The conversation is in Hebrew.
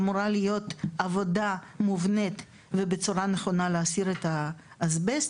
אמורה להיות עבודה מובנית ובצורה נכונה להסיר את האסבסט,